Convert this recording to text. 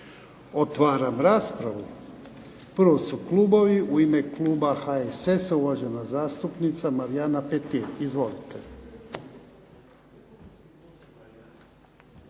Otvaram raspravu. Prvo su klubovi. U ime kluba HSS-a, uvažena zastupnica Marijana Petir. Izvolite.